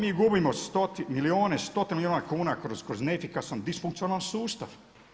Pa i gubimo milijune, stotine milijuna kuna kroz neefikasan disfunkcionalan sustav.